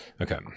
Okay